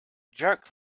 jerk